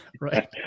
Right